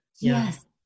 Yes